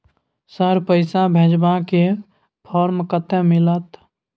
Sir, पैसा भेजबाक form कत्ते मिलत?